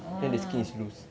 oh